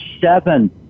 seven